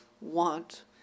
want